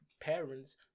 parents